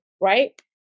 Right